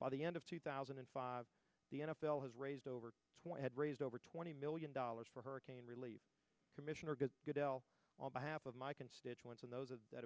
by the end two thousand and five the n f l has raised over had raised over twenty million dollars for hurricane relief commissioner get goodell on behalf of my constituents and those that